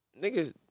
niggas